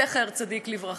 זכר צדיק לברכה.